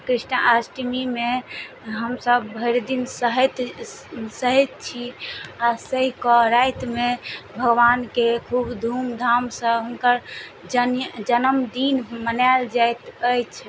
कृष्णाष्टमीमे हमसब भरि दिन सहैत सहैत छी आ सहि कऽ रातिमे भगवानके खूब धूमधामसँ हुनकर जन्मदिन मनाएल जाइत अछि